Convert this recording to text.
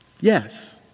Yes